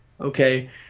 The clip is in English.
Okay